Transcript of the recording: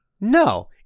no